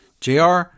jr